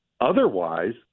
Otherwise